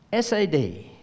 SAD